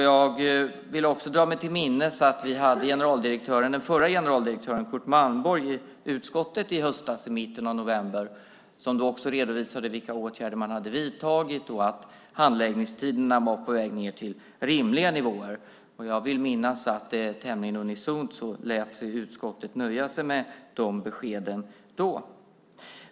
Jag vill också dra mig till minnes att vi hade generaldirektören, den förre generaldirektören Curt Malmborg, i utskottet i höstas, i mitten av november, och han redovisade vilka åtgärder man hade vidtagit och att handläggningstiderna var på väg ned till rimliga nivåer. Jag vill minnas att utskottet tämligen unisont lät sig nöja med de beskeden då.